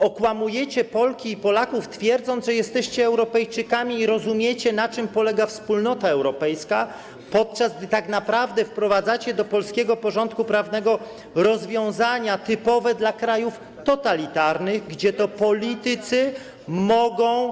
Okłamujecie Polki i Polaków, twierdząc, że jesteście Europejczykami i rozumiecie, na czym polega Wspólnota Europejska, podczas gdy tak naprawdę wprowadzacie do polskiego porządku prawnego rozwiązania typowe dla krajów totalitarnych, gdzie to politycy mogą.